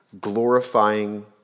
glorifying